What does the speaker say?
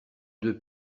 deux